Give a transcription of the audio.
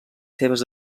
seves